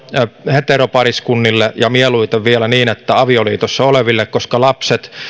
heteropariskunnille ja mieluiten vielä avioliitossa oleville koska